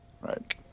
Right